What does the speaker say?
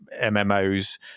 MMOs